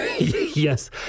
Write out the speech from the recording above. Yes